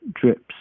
drips